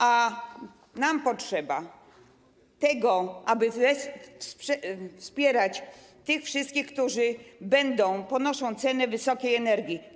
A nam potrzeba tego, aby wspierać tych wszystkich, którzy ponoszą cenę wysokiej energii.